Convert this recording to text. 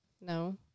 No